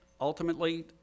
ultimately